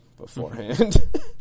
beforehand